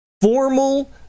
Formal